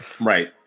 Right